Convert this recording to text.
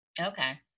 okay